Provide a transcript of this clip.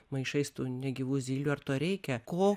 maišais tų negyvų zylių ar to reikia ko